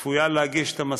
קחו לדוגמה את המודיעין.